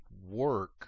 work